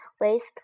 waste